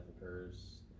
occurs